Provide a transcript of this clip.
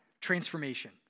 Transformation